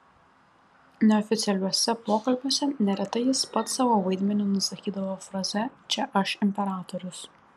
neoficialiuose pokalbiuose neretai jis pats savo vaidmenį nusakydavo fraze čia aš imperatorius